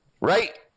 Right